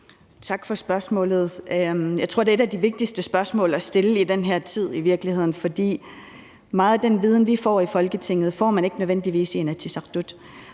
Tak for spørgsmålet. Jeg tror, at det i virkeligheden er et af de vigtigste spørgsmål at stille i den her tid, fordi meget af den viden, vi får i Folketinget, får man ikke nødvendigvis i Inatsisartut,